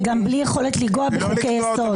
וגם בלי יכולת לנגוע בחוקי יסוד.